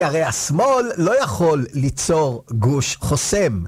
הרי השמאל לא יכול ליצור גוש חוסם.